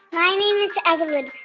my name is evelyn.